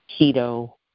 keto